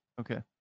Okay